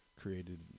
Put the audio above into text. created